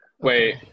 Wait